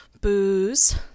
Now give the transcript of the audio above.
booze